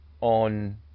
on